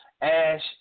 Ash